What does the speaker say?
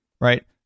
Right